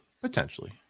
potentially